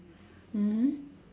mm